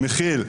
מכיל,